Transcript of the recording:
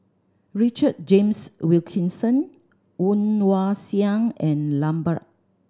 Richard James Wilkinson Woon Wah Siang and Lambert